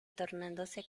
tornándose